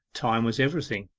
time was everything.